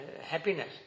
happiness